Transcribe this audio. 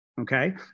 okay